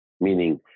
meaning